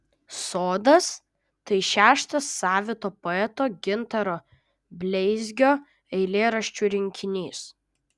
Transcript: sodas tai šeštas savito poeto gintaro bleizgio eilėraščių rinkinys